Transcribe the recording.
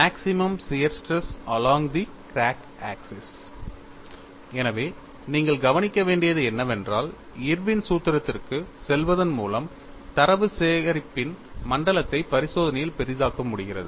maximum shear stress along the crack axis எனவே நீங்கள் கவனிக்க வேண்டியது என்னவென்றால் இர்வின் சூத்திரத்திற்குச் செல்வதன் மூலம் தரவு சேகரிப்பின் மண்டலத்தை பரிசோதனையில் பெரிதாக்க முடிகிறது